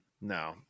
no